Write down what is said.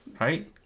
Right